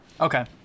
Okay